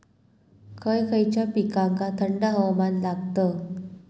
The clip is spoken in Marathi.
खय खयच्या पिकांका थंड हवामान लागतं?